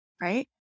right